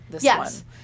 yes